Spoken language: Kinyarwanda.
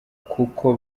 kuko